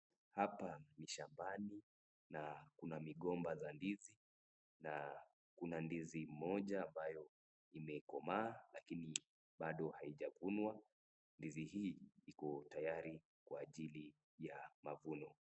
Hapa ni shambani na kuna migomba za ndizi na kuna ndizi moja ambayo imekomaa lakini bado haijavunwa. Ndizi hii iko tayari kwa ajili ya mavuno.